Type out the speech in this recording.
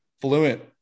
fluent